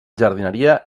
jardineria